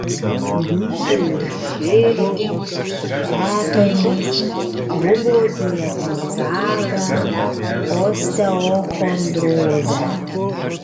gydė ir širdį kepenis buvo diagnozavę osteochondrozę